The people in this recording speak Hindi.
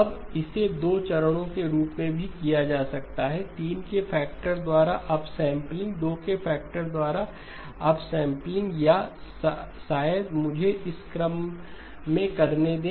अब इसे 2 चरणों के रूप में भी किया जा सकता है 3 के फैक्टर द्वारा अपसैंपलिंग 2 के फैक्टर द्वारा अपसैंपलिंग या शायद मुझे इस क्रम में करने दें